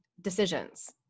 decisions